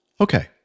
Okay